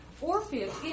Orpheus